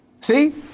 See